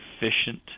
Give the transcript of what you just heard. efficient